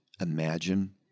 imagine